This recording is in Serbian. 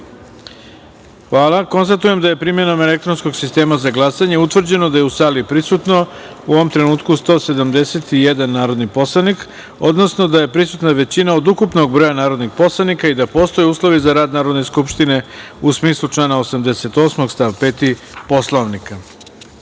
jedinice. Konstatujem da je, primenom elektronskog sistema za glasanje, utvrđeno da je u sali prisutno, u ovom trenutku, 171 narodni poslanik, odnosno da je prisutna većina od ukupnog broja narodnih poslanika i da postoje uslovi za rad Narodne skupštine u smislu člana 88. stav 5. Poslovnika. Dame